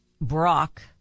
Brock